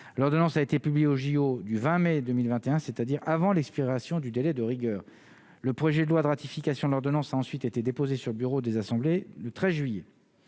donnons, ça a été publié au JO du 20 mai 2021, c'est-à-dire avant l'expiration du délai de rigueur, le projet de loi de ratification de l'ordonnance a ensuite été déposée sur le bureau des assemblées le 13 juillet